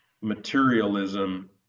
materialism